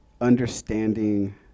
understanding